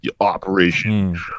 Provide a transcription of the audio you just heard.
operation